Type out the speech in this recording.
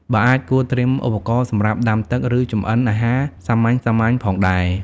បើអាច គួរត្រៀមឧបករណ៍សម្រាប់ដាំទឹក ឬចម្អិនអាហារសាមញ្ញៗផងដែរ។